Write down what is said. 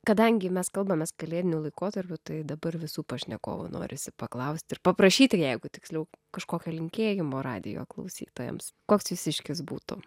kadangi mes kalbamės kalėdiniu laikotarpiu tai dabar visų pašnekovų norisi paklaust ir paprašyti jeigu tiksliau kažkokio linkėjimo radijo klausytojams koks jūsiškis būtų